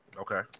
Okay